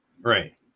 right